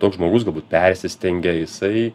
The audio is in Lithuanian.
toks žmogus galbūt persistengia jisai